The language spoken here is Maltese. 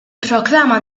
proklama